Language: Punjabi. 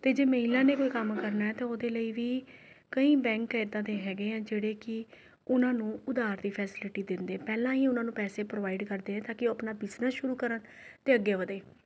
ਅਤੇ ਜੇ ਮਹਿਲਾ ਨੇ ਕੋਈ ਕੰਮ ਕਰਨਾ ਹੈ ਤਾਂ ਉਹਦੇ ਲਈ ਵੀ ਕਈ ਬੈਂਕ ਇੱਦਾਂ ਦੇ ਹੈਗੇ ਹੈ ਜਿਹੜੇ ਕਿ ਉਹਨਾਂ ਨੂੰ ਉਧਾਰ ਦੀ ਫੈਸੀਲੀਟੀ ਦਿੰਦੇ ਪਹਿਲਾਂ ਹੀ ਉਹਨਾਂ ਨੂੰ ਪੈਸੇ ਪ੍ਰੋਵਾਇਡ ਕਰਦੇ ਹੈ ਤਾਂ ਕਿ ਉਹ ਆਪਣਾ ਬਿਜਨਸ ਸ਼ੁਰੂ ਕਰਨ ਅਤੇ ਅੱਗੇ ਵੱਧੇ